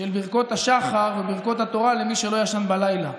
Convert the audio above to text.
של ברכות השחר וברכות התורה למי שלא ישן בלילה,